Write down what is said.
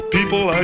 People